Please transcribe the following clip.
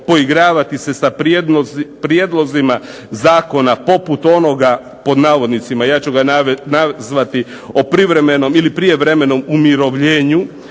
poigravati se sa prijedlozima zakona poput onoga, pod navodnicima, ja ću ga nazvati o privremenom ili prijevremenom umirovljenju